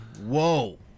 Whoa